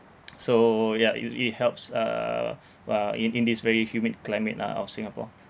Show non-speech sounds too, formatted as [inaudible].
[noise] so ya it it helps uh uh in in this very humid climate lah of singapore